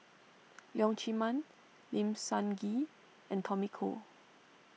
Leong Chee Mun Lim Sun Gee and Tommy Koh